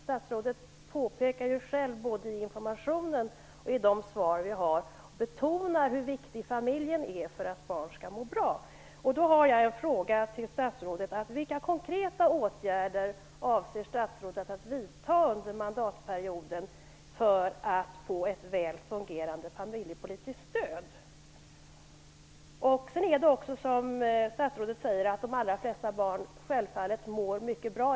Statsrådet betonar ju själv, både i informationen och i de svar vi har fått, hur viktig familjen är för att barnen skall må bra. Jag har då en fråga till statsrådet: Vilka konkreta åtgärder avser statsrådet att vidta under mandatperioden för ett väl fungerande familjepolitiskt stöd? Som statsrådet säger mår självfallet de allra flesta barn i Sverige mycket bra.